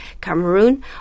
Cameroon